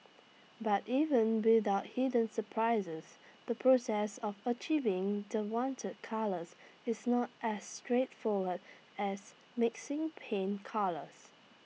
but even without hidden surprises the process of achieving the wanted colours is not as straightforward as mixing paint colours